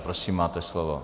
Prosím, máte slovo.